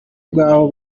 bw’aho